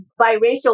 biracial